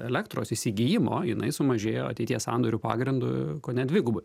elektros įsigijimo jinai sumažėjo ateities sandorių pagrindu kone dvigubai